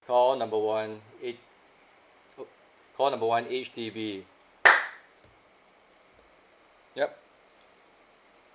call number one it call number one H_D_B yup